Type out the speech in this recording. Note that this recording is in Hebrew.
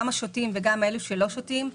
גם השותים וגם אלה שלא שותים,